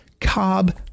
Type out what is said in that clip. Cobb